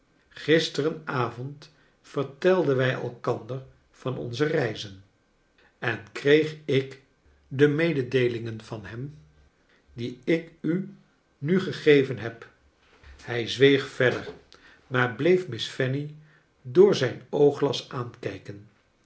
avond vertelden wij elkander van onze reizen en kreeg ik de mededeelingen van hem die ik u nu gegeven heb hij zweeg verder maar bleef miss fanny door zijn oogglas aankijken